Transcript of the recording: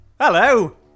Hello